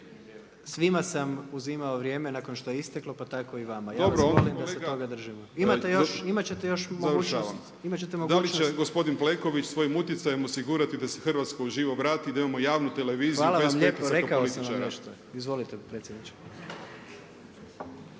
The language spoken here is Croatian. Svima sam uzimao vrijeme nakon što je isteklo, pa tako i vama. Ja vas molim da se toga držimo. Imat ćete još mogućnost. …/Upadica Jovanović: Završavam. Da li će gospodin Plenković svojim utjecajem osigurati da se Hrvatska uživo vrati, da imamo javnu televiziju bez pritiska političara./… Hvala vam lijepa. Rekao sam vam nešto. Izvolite predsjedniče.